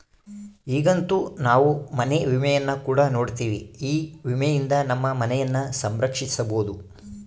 ಈಗಂತೂ ನಾವು ಮನೆ ವಿಮೆಯನ್ನು ಕೂಡ ನೋಡ್ತಿವಿ, ಈ ವಿಮೆಯಿಂದ ನಮ್ಮ ಮನೆಯನ್ನ ಸಂರಕ್ಷಿಸಬೊದು